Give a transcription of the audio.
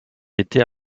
était